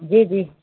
जी जी